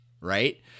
Right